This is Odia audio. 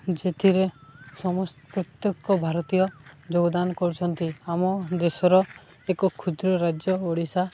ଯେଥିରେ ସମସ୍ତ ପ୍ରତ୍ୟେକ ଭାରତୀୟ ଯୋଗଦାନ କରୁଛନ୍ତି ଆମ ଦେଶର ଏକ କ୍ଷୁଦ୍ର ରାଜ୍ୟ ଓଡ଼ିଶା